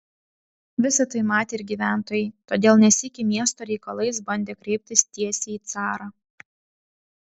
visa tai matė ir gyventojai todėl ne sykį miesto reikalais bandė kreiptis tiesiai į carą